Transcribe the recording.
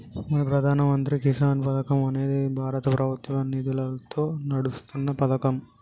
మన ప్రధాన మంత్రి కిసాన్ పథకం అనేది భారత ప్రభుత్వ నిధులతో నడుస్తున్న పతకం